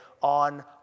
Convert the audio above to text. on